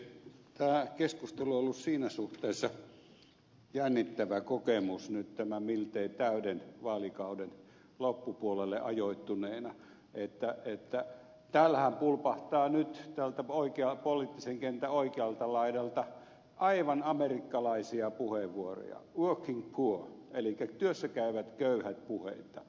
tämä keskustelu on ollut siinä suhteessa jännittävä kokemus nyt tämän miltei täyden vaalikauden loppupuolelle ajoittuneena että täällähän pulpahtaa nyt poliittisen kentän oikealta laidalta aivan amerikkalaisia puheenvuoroja working poor elikkä työssäkäyvät köyhät puheita